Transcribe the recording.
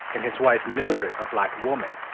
and his wife, mildred, a black woman,